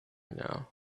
now